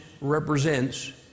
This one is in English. represents